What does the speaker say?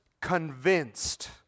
convinced